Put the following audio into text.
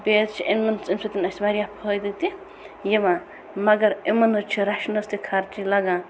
بییٚہِ حظ چھِ یِمَن امہِ سٕتۍ اسہِ واریاہ فٲیدٕ تہٕ یِوان مَگر یِمن حظ چھُ رَچھنَس تہِ خرچہٕ لَگان